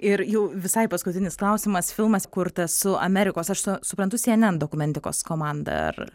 ir jau visai paskutinis klausimas filmas kurtas su amerikos aš suprantu cnn dokumentikos komanda ar